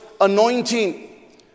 anointing